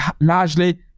largely